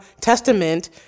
testament